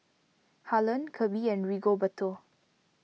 Harlen Kirby and Rigoberto